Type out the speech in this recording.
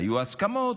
היו הסכמות,